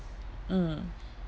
mm